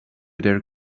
their